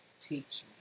teach